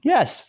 Yes